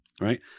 right